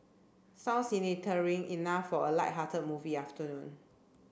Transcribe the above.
sounds enough for a lighthearted movie afternoon